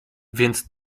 więc